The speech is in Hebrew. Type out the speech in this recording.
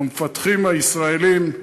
המפתחים הישראלים,